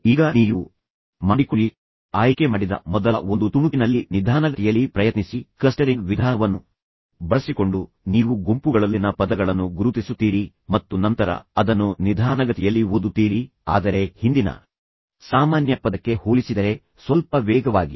ಈಗ ನೀವು ಆಯ್ಕೆ ಮಾಡಿದ ಮೊದಲ ಒಂದು ತುಣುಕಿನಲ್ಲಿ ನಿಧಾನಗತಿಯಲ್ಲಿ ಪ್ರಯತ್ನಿಸಿ ಈ ಗುಂಪು ಮಾಡುವ ವಿಧಾನ ಕ್ಲಸ್ಟರಿಂಗ್ ವಿಧಾನವನ್ನು ಬಳಸಿಕೊಂಡು ನೀವು ಗುಂಪುಗಳಲ್ಲಿನ ಪದಗಳನ್ನು ಗುರುತಿಸುತ್ತೀರಿ ಮತ್ತು ನಂತರ ಅದನ್ನು ನಿಮ್ಮ ಸ್ವಂತ ನಿಧಾನಗತಿಯಲ್ಲಿ ಓದುತ್ತೀರಿ ಆದರೆ ಹಿಂದಿನ ಸಾಮಾನ್ಯ ಪದಕ್ಕೆ ಹೋಲಿಸಿದರೆ ಸ್ವಲ್ಪ ವೇಗ ವಾಗಿದೆ